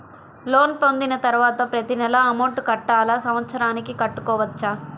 Loan పొందిన తరువాత ప్రతి నెల అమౌంట్ కట్టాలా? సంవత్సరానికి కట్టుకోవచ్చా?